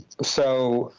so